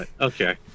Okay